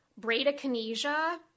bradykinesia